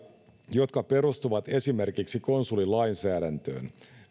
jotka perustuvat esimerkiksi konsulilainsäädäntöön